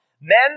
Men